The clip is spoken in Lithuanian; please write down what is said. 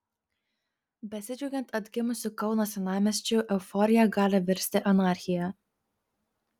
besidžiaugiant atgimusiu kauno senamiesčiu euforija gali virsti anarchija